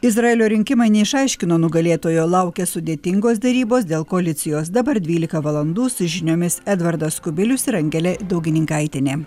izraelio rinkimai neišaiškino nugalėtojo laukia sudėtingos derybos dėl koalicijos dabar dvylika valandų su žiniomis edvardas kubilius ir angelė daugininkaitienė